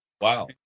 Wow